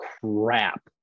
crap